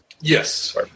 Yes